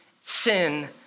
sin